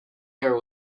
air